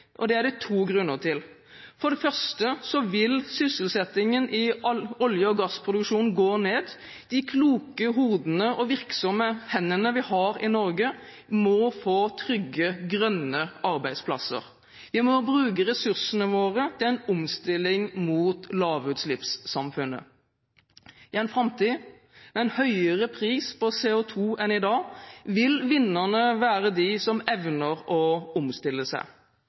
Det er det to grunner til. For det første vil sysselsettingen innen olje- og gassproduksjon gå ned. De kloke hodene og virksomme hendene vi har i Norge, må få trygge grønne arbeidsplasser. Vi må bruke ressursene våre til en omstilling mot lavutslippssamfunnet. I en framtid med en høyere pris på CO2 enn i dag vil vinnerne være de som evner å omstille seg.